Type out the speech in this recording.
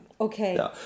okay